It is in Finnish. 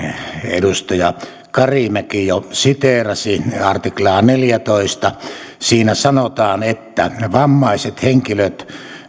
edustaja karimäki jo siteerasi artiklaa neljäntenätoista siinä sanotaan että vammaiset henkilöt